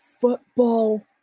football